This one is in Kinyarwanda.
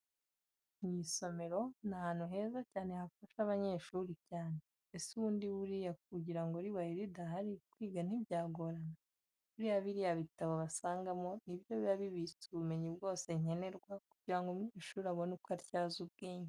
Mu isomero ni ahantu heza cyane hafasha abanyeshuri cyane. Ese bundi buriya ugira ngo ribaye ridahari, kwiga ntibyagorana? Buriya biriya bitabo basangamo ni byo biba bibitse ubumenyi bwose nkenerwa kugira ngo umunyeshuri abone uko atyaza ubwenge.